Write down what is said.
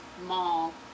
mall